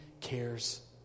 cares